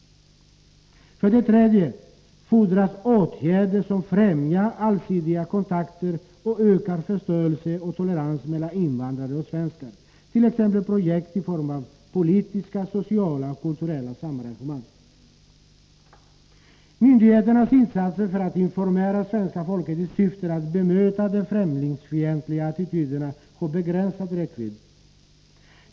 För det tredje fordras åtgärder som främjar allsidiga kontakter och ökar förståelse och tolerans mellan invandrare och svenskar, t.ex. projekt i form av politiska, sociala och kulturella samarrangemang. Myndigheternas insatser för att informera svenska folket i syfte att bemöta de främlingsfientliga attityderna har begränsad räckvidd.